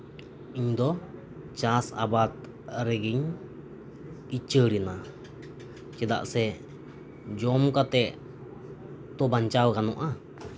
ᱩᱱ ᱫᱚ ᱪᱟᱥ ᱟᱵᱟᱫᱽ ᱨᱮᱜᱮᱧ ᱩᱪᱟᱹᱲ ᱮᱱᱟ ᱪᱮᱫᱟᱜ ᱥᱮ ᱡᱚᱢ ᱠᱟᱛᱮᱫ ᱛᱚ ᱵᱟᱧᱪᱟᱣ ᱜᱟᱱᱚᱜᱼᱟ